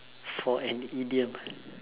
for an idiom